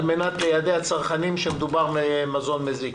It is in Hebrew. על מנת ליידע צרכנים שמדובר במזון מזיק.